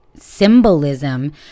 symbolism